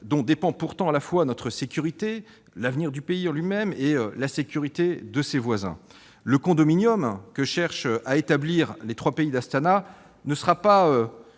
dont dépendent pourtant à la fois notre sécurité, l'avenir du pays et la sécurité de ses voisins. Le condominium que cherchent à établir les trois pays du format d'Astana